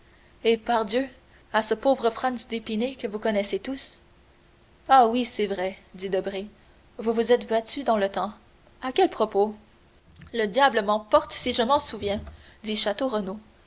eh pardieu à ce pauvre franz d'épinay que vous connaissez tous ah oui c'est vrai dit debray vous vous êtes battu dans le temps à quel propos le diable m'emporte si je m'en souviens dit